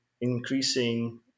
increasing